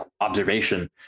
observation